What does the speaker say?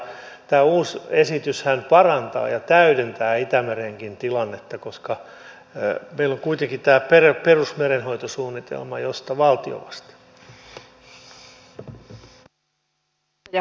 tämä uusi esityshän parantaa ja täydentää itämerenkin tilannetta koska meillä on kuitenkin tämä perusmerenhoitosuunnitelma josta valtio vastaa